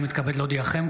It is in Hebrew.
הינני מתכבד להודיעכם,